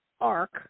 arc